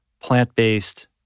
plant-based